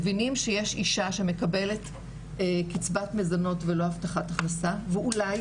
מבינים שיש אישה שמקבלת קצבת מזונות ולא הבטחת הכנסה ואולי,